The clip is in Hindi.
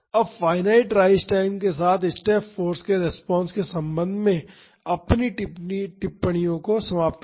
अब फाईनाईट राइज टाइम के साथ स्टेप फाॅर्स के रिस्पांस के संबंध में अपनी टिप्पणियों को समाप्त करें